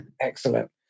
Excellent